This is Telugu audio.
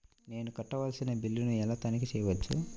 నేను కట్టవలసిన బిల్లులను ఎలా తనిఖీ చెయ్యవచ్చు?